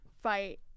fight